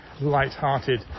light-hearted